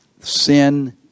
sin